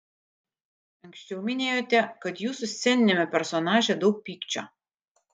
anksčiau minėjote kad jūsų sceniniame personaže daug pykčio